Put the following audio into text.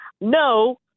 No